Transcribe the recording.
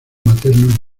materno